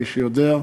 מי שיודע,